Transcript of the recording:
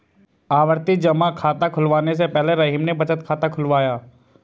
आवर्ती जमा खाता खुलवाने से पहले रहीम ने बचत खाता खुलवाया